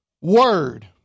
word